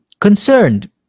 concerned